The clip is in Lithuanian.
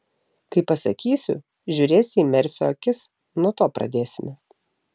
kai pasakysiu žiūrėsi į merfio akis nuo to pradėsime